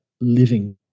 living